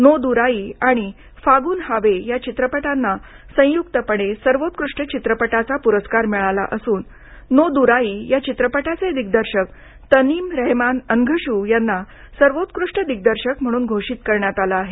no Dorai आणि फागुन हावे या चित्रपटांना संयुक्तपणे सर्वोत्कृष्ट चित्रपटाचा पुरस्कार मिळाला असोन नो दुराई दिग्दर्शक तनिम रेहमान अन्घशू यांना सर्वोत्कृष्ट दिग्दर्शक म्हणून घोषित करण्यात आलं आहे